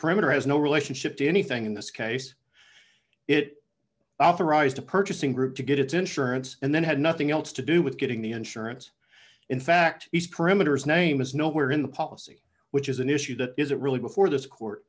perimeter has no relationship to anything in this case it authorized the purchasing group to get its insurance and then had nothing else to do with getting the insurance in fact he's perimeters name is nowhere in the policy which is an issue that isn't really before this court